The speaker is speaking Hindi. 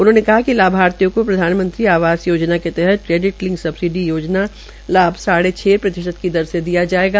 उन्होंने कहा कि लाभार्थियों को प्रधानमंत्री आवास योजना के तहत क्रेडिट लिंक सबसिडी योजना लाभ साढ़े छ प्रतिशतकी दर दिया जायेगा